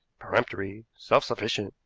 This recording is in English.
peremptory, self-sufficient,